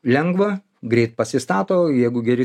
lengva greit pasistato jeigu geri